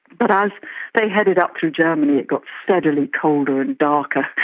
but as they headed up through germany it got steadily colder and darker.